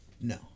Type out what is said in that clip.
No